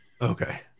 Okay